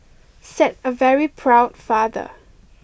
said a very proud father